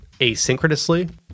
asynchronously